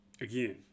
Again